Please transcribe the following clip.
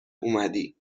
اومدی